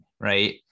right